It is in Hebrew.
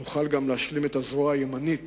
שנוכל להשלים את הזרוע הימנית